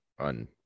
on